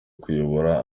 kuyobora